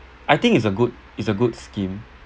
I think it's a good it's a good scheme